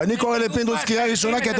ואני קורא לפינדרוס קריאה ראשונה כי אתה